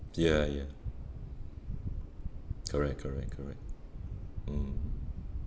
ya ya correct correct correct mm